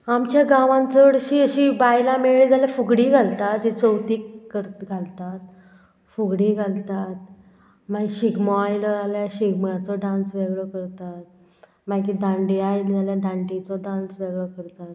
आमच्या गांवान चडशीं अशीं बायलां मेळ्ळीं जाल्यार फुगडी घालता जी चवथीक कर घालतात फुगडी घालतात मागीर शिगमो आयलो जाल्यार शिगम्याचो डांस वेगळो करतात मागीर दांडिया आयली जाल्यार दांडियेचो डांस वेगळो करतात